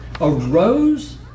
arose